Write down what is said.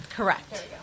Correct